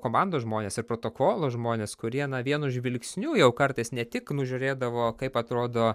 komandos žmonės ir protokolo žmonės kurie vienu žvilgsniu jau kartais ne tik nužiūrėdavo kaip atrodo